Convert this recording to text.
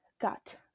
got